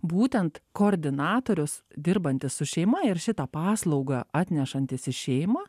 būtent koordinatorius dirbantis su šeima ir šitą paslaugą atnešantis į šeimą